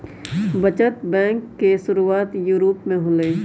बचत बैंक के शुरुआत यूरोप में होलय